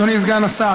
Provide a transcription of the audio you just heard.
אדוני סגן השר,